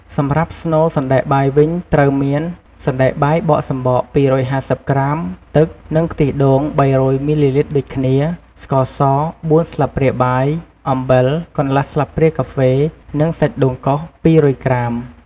សម្រាប់ស្នូលសណ្ដែកបាយវិញត្រូវមាន សណ្ដែកបាយបកសំបក ២៥០ ក្រាម ទឹក និងខ្ទិះដូង ៣០០ មីលីលីត្រដូចគ្នា ស្ករស ៤ ស្លាបព្រាបាយ អំបិល កន្លះស្លាបព្រាកាហ្វេ និង សាច់ដូងកោស ២០០ ក្រាម។